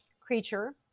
Creature